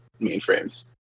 mainframes